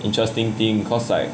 interesting thing cause like